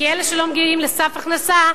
כי אלה שלא מגיעים לסף מס הכנסה,